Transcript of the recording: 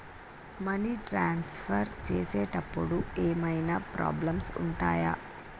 Money transfer చేసేటప్పుడు ఏమైనా problems ఉంటయా?